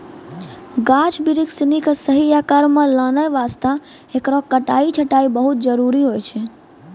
गाछ बिरिछ सिनि कॅ सही आकार मॅ लानै वास्तॅ हेकरो कटाई छंटाई बहुत जरूरी होय छै